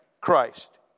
Christ